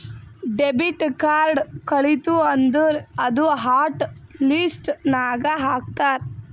debit card ಕಳಿತು ಅಂದುರ್ ಅದೂ ಹಾಟ್ ಲಿಸ್ಟ್ ನಾಗ್ ಹಾಕ್ತಾರ್